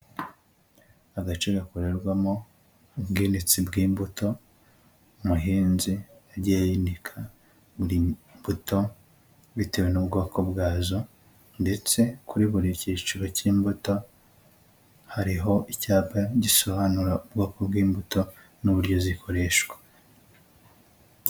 Agace gakorerwamo ubwinitsi bw'imbuto, umuhinzi yagiye yinika buri mbuto bitewe n'ubwoko bwazo ndetse kuri buri kiciro k'imbuto hariho icyapa gisobanura ubwoko bw'imbuto n'uburyo zikoreshwa.